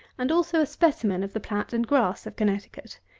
and also a specimen of the plat and grass of connecticut.